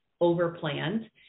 overplanned